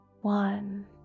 One